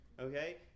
Okay